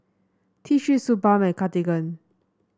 T Three Suu Balm and Cartigain